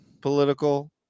political